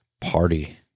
party